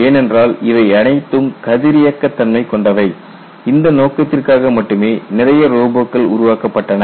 ஏனென்றால் இவை அனைத்தும் கதிரியக்கத்தன்மை கொண்டவை இந்த நோக்கத்திற்காக மட்டுமே நிறைய ரோபோக்கள் உருவாக்கப்பட்டன